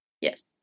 Yes